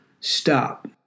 stop